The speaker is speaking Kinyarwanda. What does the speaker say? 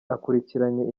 akurikiranye